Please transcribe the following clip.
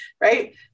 right